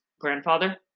grandfather